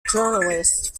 journalist